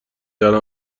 الان